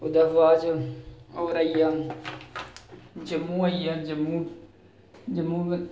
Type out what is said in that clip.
ओह्दे बाद च होर आई गेआ जम्मू आई गेआ जम्मू जम्मू